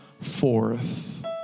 forth